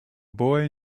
boy